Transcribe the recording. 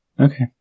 Okay